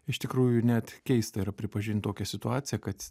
iš tikrųjų net keista yra pripažint tokią situaciją kad